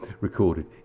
recorded